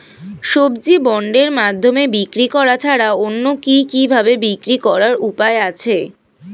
সবজি বন্ডের মাধ্যমে বিক্রি করা ছাড়া অন্য কি কি ভাবে বিক্রি করার উপায় আছে?